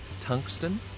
tungsten